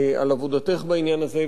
על עבודתך בעניין הזה.